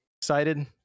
excited